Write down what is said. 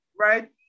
right